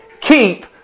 keep